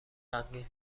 غمگین